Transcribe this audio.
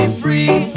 free